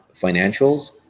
financials